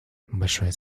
большое